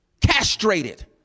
castrated